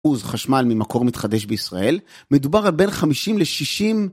עוז חשמל ממקור מתחדש בישראל מדובר על בין 50 ל-60